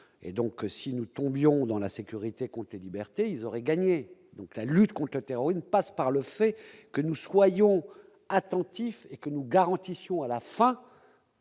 et donc si nous tombions dans la sécurité, comptez liberté ils auraient gagné donc la lutte contre terrorisme passe par le fait que nous soyons attentifs et que nous garantissons à la fin,